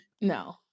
no